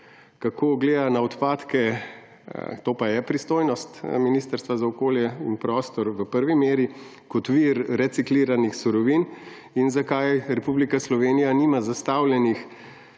kako gleda na odpadke ‒ to pa je pristojnost Ministrstva za okolje in prostor v prvi meri ‒ kot vir recikliranih surovin in zakaj Republika Slovenija nima zastavljenih